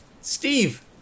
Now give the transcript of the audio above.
steve